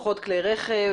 פחות כלי רכב,